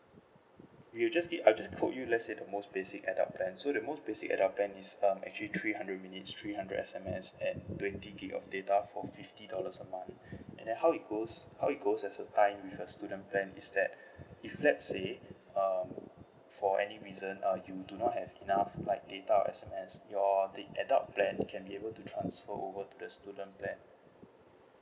you'll just need I just quote you let's say the most basic adult plan so the most basic adult plan is um actually three hundred minutes three hundred S_M_S and twenty gigabyte of data for fifty dollars a month and then how it goes how it goes as a tie in with your student plan is that if let's say um for any reason uh you do not have enough like data or S_M_S your adult plan can be able to transfer over to the student plan